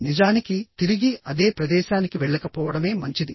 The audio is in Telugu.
నిజానికి తిరిగి అదే ప్రదేశానికి వెళ్లకపోవడమే మంచిది